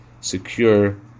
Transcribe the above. secure